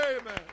Amen